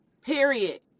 Period